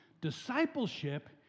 Discipleship